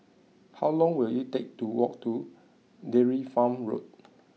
how long will it take to walk to Dairy Farm Road